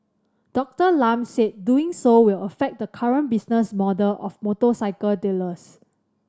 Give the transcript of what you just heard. Doctor Lam said doing so will affect the current business model of motorcycle dealers